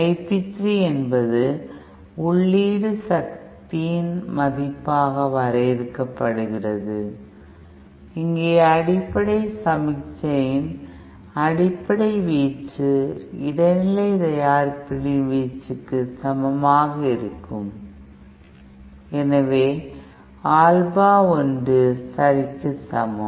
Ip3 என்பது உள்ளீட்டு சக்தியின் மதிப்பாக வரையறுக்கப்படுகிறது இங்கே அடிப்படை சமிக்ஞையின் அடிப்படை வீச்சு இடைநிலை தயாரிப்புகளின் வீச்சுக்கு சமமாக இருக்கும் எனவே ஆல்பா ஒன்று சரிக்கு சமம்